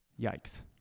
Yikes